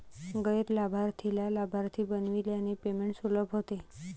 गैर लाभार्थीला लाभार्थी बनविल्याने पेमेंट सुलभ होते